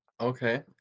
okay